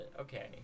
Okay